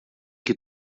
que